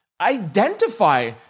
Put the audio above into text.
identify